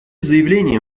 заявления